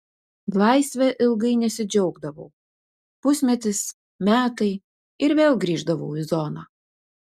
laisve ilgai nesidžiaugdavau pusmetis metai ir vėl grįždavau į zoną